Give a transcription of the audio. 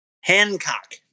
Hancock